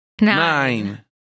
Nine